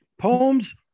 Poems